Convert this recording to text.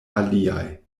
aliaj